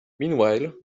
meanwhile